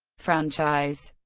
franchise